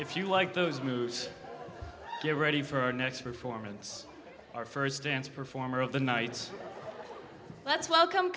if you like those moves get ready for our next performance our first dance performer of the night let's welcome